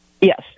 Yes